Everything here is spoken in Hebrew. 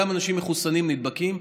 גם אנשים מחוסנים נדבקים,